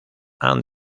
han